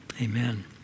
amen